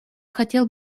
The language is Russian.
хотел